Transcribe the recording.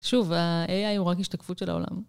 שוב, ה-AI הוא רק השתקפות של העולם.